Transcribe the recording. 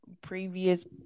previous